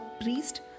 priest